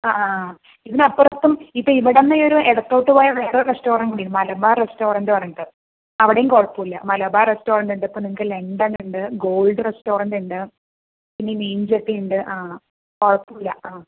ആ ആ ഇതിനപ്പുറത്തും ഇപ്പം ഇവിടുന്ന് ഈയൊരു ഇടത്തോട്ട് പോയാൽ വേറയൊരു റസ്റ്റോറന്റും കൂടിയുണ്ട് മലബാർ റസ്റ്റോറന്റ് എന്ന് പറഞ്ഞിട്ട് അവിടെയും കുഴപ്പമില്ല മലബാർ റസ്റ്റോറന്റ് ഉണ്ട് ഇപ്പോൾ നിങ്ങൾക്ക് ലണ്ടനുണ്ട് ഗോൾഡ് റസ്റ്റോറന്റ് ഉണ്ട് പിന്നെ മീൻചട്ടി ഉണ്ട് ആ കുഴപ്പമില്ല ആ